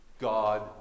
God